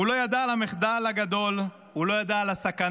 הוא לא ידע על המחדל הגדול, הוא לא ידע על הסכנה.